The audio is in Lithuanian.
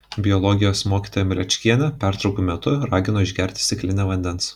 biologijos mokytoja mlečkienė pertraukų metu ragino išgerti stiklinę vandens